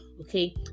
okay